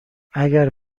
اگه